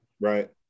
Right